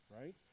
right